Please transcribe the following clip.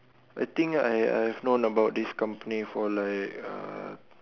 I think I I have known about this company for like uh